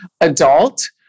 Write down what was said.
adult